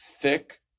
thick